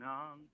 on